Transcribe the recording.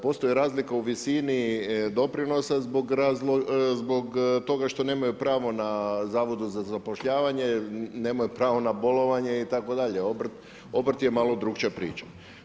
Postoji razlika u visini doprinosa zbog toga što nemaju pravo na Zavodu za zapošljavanje, nemaju pravo na bolovanje itd. obrt je malo drukčija priča.